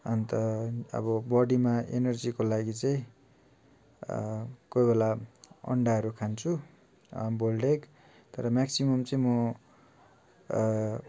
अन्त अब बडीमा इनर्जीको लागि चाहिँ कोही बेला अन्डाहरू खान्छु बोइल्ड एग तर म्याक्सिमम् चाहिँ म